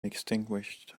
extinguished